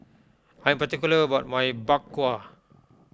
I am particular about my Bak Kwa